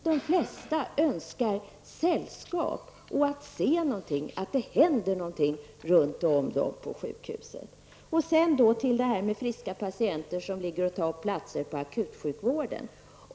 De flesta önskar sällskap och att kunna se att det händer något runt om dem på sjukhuset. Vidare har vi detta med friska patienter som ligger och tar upp plats på akutsjukvården.